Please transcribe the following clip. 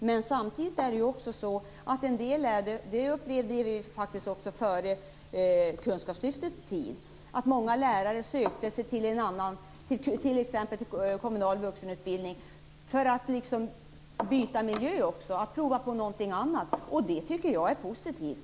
Men vi upplevde redan före kunskapslyftets tid att många lärare sökte sig till t.ex. kommunal vuxenutbildning för att byta miljö och prova på någonting annat. Det tycker jag är positivt.